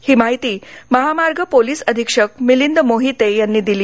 ही माहिती महामार्ग पोलीस अधीक्षक मिलिंद मोहिते यांनी दिली